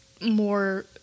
more